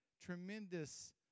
tremendous